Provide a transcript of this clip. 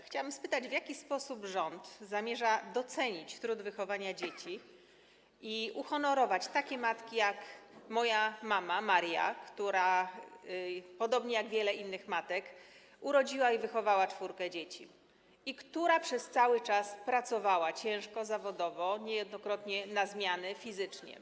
Chciałam spytać, w jaki sposób rząd zamierza docenić trud wychowania dzieci i uhonorować takie matki, jak moja mama Maria, która podobnie jak wiele innych matek urodziła i wychowała czwórkę dzieci i która przez cały czas ciężko pracowała zawodowo, niejednokrotnie na zmiany, fizycznie.